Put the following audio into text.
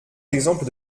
l’exemple